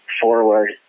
forward